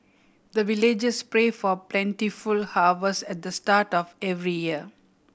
the villagers pray for plentiful harvest at the start of every year